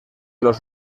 los